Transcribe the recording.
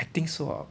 I think so ah